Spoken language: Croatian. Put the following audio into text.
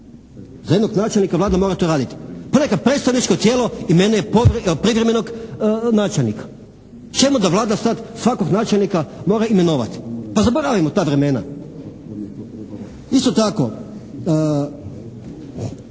Za jednog načelnika Vlada mora to raditi. To neka predstavničko tijelo … /Ne razumije se./ … načelnika. Čemu da Vlada sada svakog načelnika mora imenovati, pa zaboravimo ta vremena. Isto tako